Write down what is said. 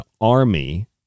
Army